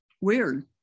weird